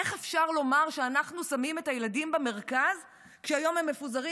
איך אפשר לומר שאנחנו שמים את הילדים במרכז כשהיום הם מפוזרים